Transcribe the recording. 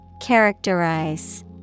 Characterize